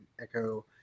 Echo